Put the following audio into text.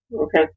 Okay